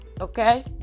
Okay